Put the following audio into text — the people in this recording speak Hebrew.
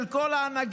של כל ההנהגה,